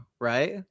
right